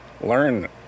learn